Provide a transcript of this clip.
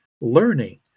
learning